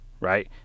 right